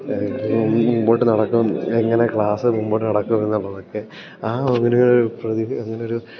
മുമ്പോട്ടു നടക്കും എങ്ങനെ ക്ലാസ് മുമ്പോട്ടു നടക്കും എന്നുള്ളതൊക്കെ ആ അങ്ങനൊരു